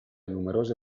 numerose